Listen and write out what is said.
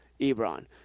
Ebron